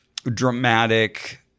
dramatic